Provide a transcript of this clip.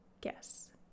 guess